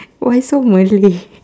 why so malay